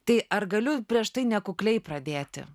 tai ar galiu prieš tai nekukliai pradėti